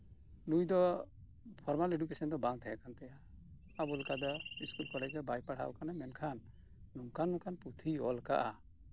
ᱱᱩᱭ ᱫᱚ formal education ᱫᱚ ᱵᱟᱝ ᱛᱟᱸᱦᱮ ᱠᱟᱱ ᱛᱟᱭᱟ ᱟᱵᱚ ᱞᱮᱠᱟ ᱤᱥᱠᱩᱞ ᱠᱚᱞᱮᱡ ᱫᱚ ᱵᱟᱤ ᱪᱟᱞᱟᱣ ᱠᱟᱱᱟ ᱢᱮᱱᱠᱷᱟᱱ ᱚᱱᱠᱟᱱ ᱚᱱᱠᱟᱱ ᱯᱩᱛᱷᱤ ᱚᱞ ᱠᱟᱜ ᱟᱭ